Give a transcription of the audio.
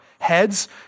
heads